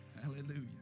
Hallelujah